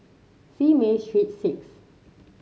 Simei Street Six